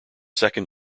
second